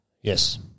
Yes